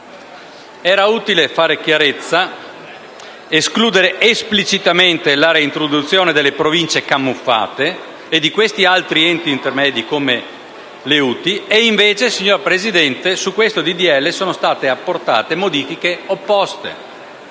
Era utile fare chiarezza, escludere esplicitamente la reintroduzione delle Province camuffate e di questi altri enti intermedi, come le UTI, e, invece, signor Presidente, su questo disegno di legge sono state apportate modifiche opposte.